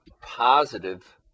Positive